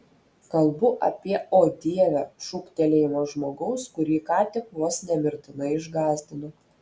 kalbu apie o dieve šūktelėjimą žmogaus kurį ką tik vos ne mirtinai išgąsdino